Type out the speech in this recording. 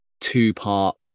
two-part